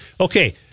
Okay